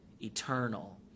eternal